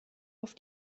auf